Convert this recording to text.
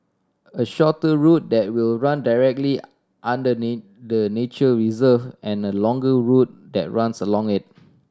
a shorter route that will run directly under the nature reserve and a longer route that runs around it